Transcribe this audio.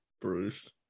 Bruce